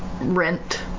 rent